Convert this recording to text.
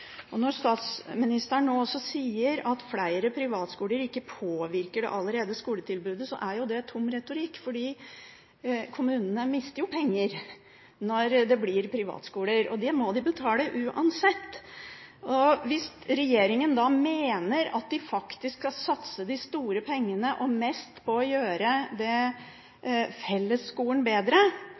allerede eksisterende skoletilbudet, er det tom retorikk. Kommunene mister jo penger når det blir etablert privatskoler, og de må betale uansett. Hvis regjeringen mener at de faktisk skal satse de store pengene og å satse mest på å gjøre fellesskolen bedre,